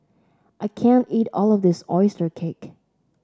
I can't eat all of this oyster cake